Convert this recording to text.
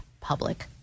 public